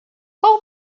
qual